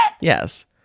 Yes